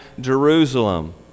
Jerusalem